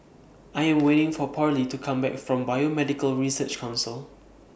I Am waiting For Parlee to Come Back from Biomedical Research Council